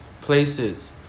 places